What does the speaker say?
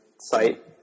site